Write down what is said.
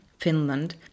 Finland